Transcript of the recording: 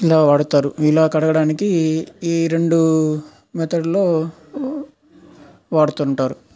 ఇలా వాడతారు ఇలా కడగడానికి ఈ రెండు మెతడ్లూ వాడుతుంటారు